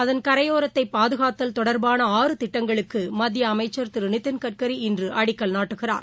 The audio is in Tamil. அதன் கரையோரத்தைபாதுகாத்தல் தொடர்பான ஆற திட்டங்களுக்குமத்தியஅமைச்சா் திருநிதின் கட்கரி இன்றுஅடிக்கல் நாட்டுகிறார்